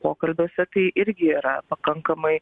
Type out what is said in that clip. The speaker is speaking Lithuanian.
pokalbiuose tai irgi yra pakankamai